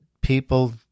people